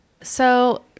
So-